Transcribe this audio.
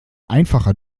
einfacher